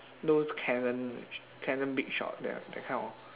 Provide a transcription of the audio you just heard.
those cannon cannon big shot that that kind of